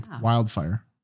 wildfire